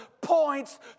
points